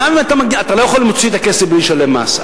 אתה לא יכול להוציא את הכסף בלי לשלם מס.